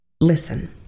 Listen